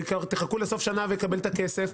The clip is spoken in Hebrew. אז תחכו לסוף שנה לקבל את הכסף.